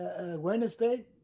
wednesday